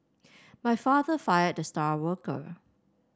my father fired the star worker